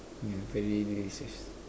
yeah very delicious